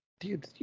Dude